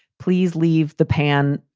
please leave the pan,